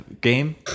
game